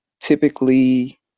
typically